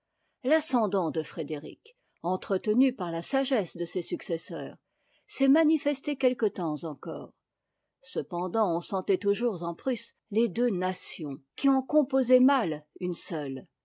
l'ascendant de frédéric entretenu par la sagesse de ses successeurs s'est manifesté quelque temps encore cependant on sentait toujours en prusse les deux nations qui en composaient mal une seule